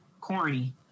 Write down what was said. corny